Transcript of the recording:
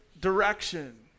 direction